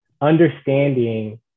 understanding